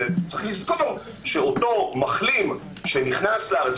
צריך לזכור שאותו מחלים שנכנס לארץ,